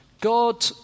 God